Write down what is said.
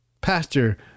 Pastor